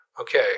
Okay